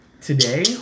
today